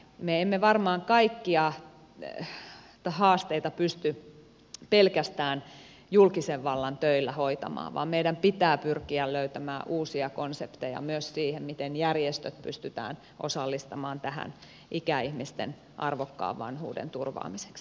me emme varmaan kaikkia haasteita pysty pelkästään julkisen vallan töillä hoitamaan vaan meidän pitää pyrkiä löytämään uusia konsepteja myös siihen miten järjestöt pystytään osallistamaan tähän ikäihmisten arvokkaan vanhuuden turvaamiseksi